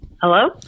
hello